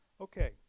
Okay